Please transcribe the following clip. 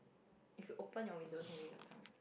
you should open your windows maybe they will come